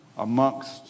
amongst